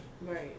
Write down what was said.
Right